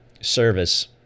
service